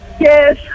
Yes